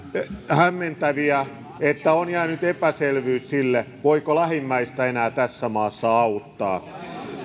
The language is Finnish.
hämmentäviä että on jäänyt epäselvyys siitä voiko lähimmäistä enää tässä maassa auttaa